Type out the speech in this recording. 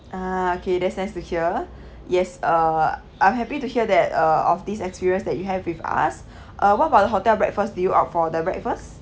ah okay that's nice to hear yes uh I'm happy to hear that uh of this experience that you have with us uh what about the hotel breakfast do you opt for the breakfast